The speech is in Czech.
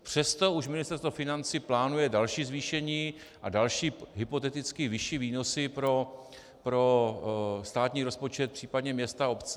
Přesto už Ministerstvo financí plánuje další zvýšení a další hypoteticky vyšší výnosy pro státní rozpočet, případně města a obce.